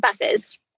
buses